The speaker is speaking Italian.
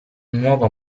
nuovo